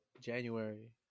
january